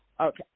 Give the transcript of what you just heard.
Okay